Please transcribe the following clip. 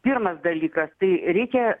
pirmas dalykas tai reikia